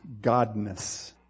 godness